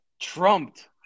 trumped